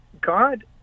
God